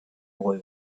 boy